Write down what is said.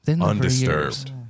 Undisturbed